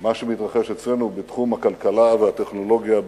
ומה שמתרחש אצלנו בתחום הכלכלה והטכנולוגיה,